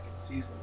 season